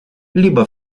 либо